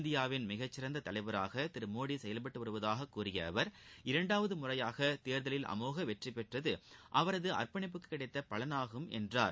இந்தியாவின் மிகச்சிறந்த தலைவராக திரு மோடி செயவ்பட்டு வருவதாகக் கூறிய அவர் இரண்டாவது முறையாக தேர்தலில் அமோக வெற்றிபெற்றது அவரது அர்ப்பணிப்புக்குக் கிடைத்த பலனாகும் என்றார்